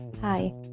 Hi